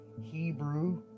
Hebrew